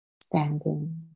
standing